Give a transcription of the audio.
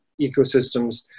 ecosystems